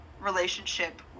relationship